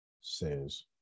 says